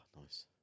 nice